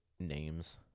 names